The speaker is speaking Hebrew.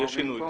יש שינוי.